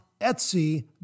Etsy